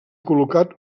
col·locat